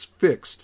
fixed